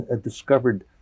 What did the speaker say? discovered